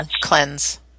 cleanse